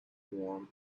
warm